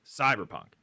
Cyberpunk